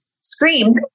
screamed